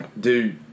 dude